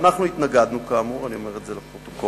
ואנחנו התנגדנו, כאמור, אני אומר את זה לפרוטוקול,